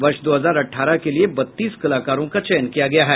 वर्ष दो हजार अठारह के लिए बत्तीस कलाकारों का चयन किया गया है